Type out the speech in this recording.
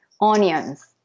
onions